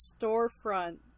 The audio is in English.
storefront